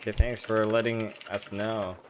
the case for letting us know